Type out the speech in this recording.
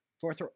fourth